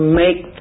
make